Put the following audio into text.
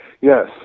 Yes